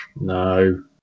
no